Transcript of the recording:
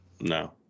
No